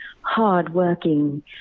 hardworking